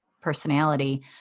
personality